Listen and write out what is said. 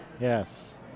Yes